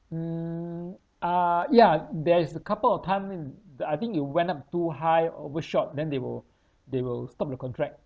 mm uh ya there is a couple of time mm I think it went up too high overshot then they will they will stop the contract